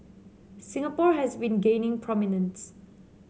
Singapore has been gaining prominence